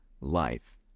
life